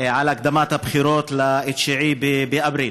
על הקדמת הבחירות ל-9 באפריל.